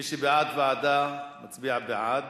מי שבעד ועדה מצביע בעד.